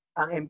ang